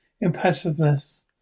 impassiveness